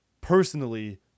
personally